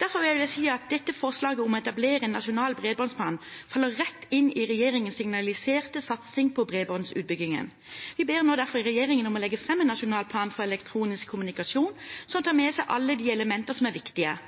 Derfor vil jeg vel si at dette forslaget om å etablere en nasjonal bredbåndsplan faller rett inn i regjeringens signaliserte satsing på bredbåndsutbygging. Vi ber nå derfor regjeringen om å legge fram en nasjonal plan for elektronisk kommunikasjon som tar med seg alle de elementer som er viktige: